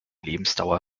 lebensdauer